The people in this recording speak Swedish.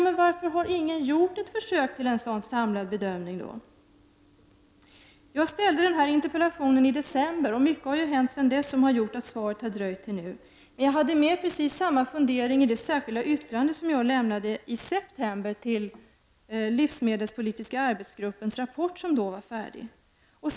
Men varför har då ingen gjort ett försök till en sådan samlad bedömning? Jag ställde denna interpellation i december, och mycket har hänt sedan dess som gjort att svaret har dröjt till nu. Jag hade precis samma fundering i det särskilda yttrande som jag lämnade i september till livsmedelspolitiska arbetsgruppens rapport som då var färdig.